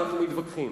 אנחנו מתווכחים.